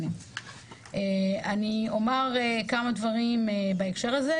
אני אומר כמה דברים בהקשר הזה.